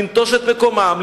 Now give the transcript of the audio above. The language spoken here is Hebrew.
לנטוש את מקומם.